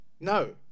No